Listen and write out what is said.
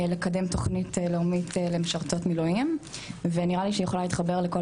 לקדם תוכנית לאומית למשרתות מילואים וניראה לי שהיא יכולה להתחבר לכל